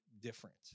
different